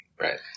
Right